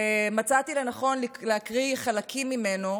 ומצאתי לנכון להקריא חלקים ממנו,